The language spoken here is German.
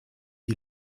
die